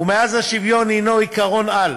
ומאז השוויון הוא עקרון-על,